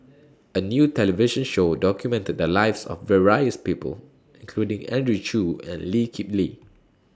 A New television Show documented The Lives of various People including Andrew Chew and Lee Kip Lee